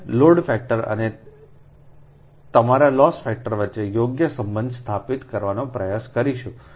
અમે load factor અને તમારા લોસ ફેક્ટર વચ્ચે યોગ્ય સંબંધ સ્થાપિત કરવાનો પ્રયાસ કરીશું